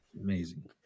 Amazing